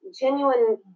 genuine